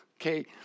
Okay